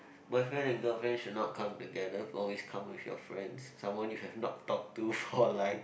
boyfriend and girlfriend should not come together always come with your friends someone you have not talked to for like